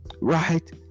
right